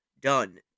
done